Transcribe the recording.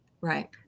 Right